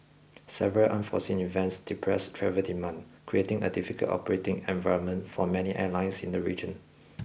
several unforeseen events depressed travel demand creating a difficult operating environment for many airlines in the region